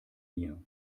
mir